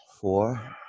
Four